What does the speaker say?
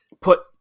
put